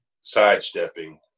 sidestepping